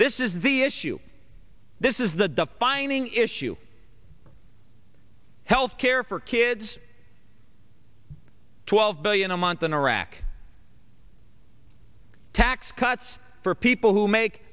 this is the issue this is the defining issue health care for kids twelve billion a month in iraq tax cuts for people who make